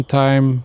time